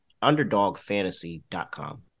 underdogfantasy.com